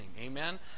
Amen